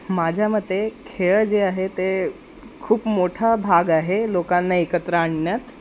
माझ्या मते खेळ जे आहे ते खूप मोठा भाग आहे लोकांना एकत्र आणण्यात